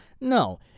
No